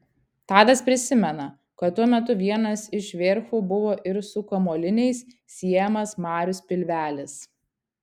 tadas prisimena kad tuo metu vienas iš verchų buvo ir su kamuoliniais siejamas marius pilvelis